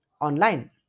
online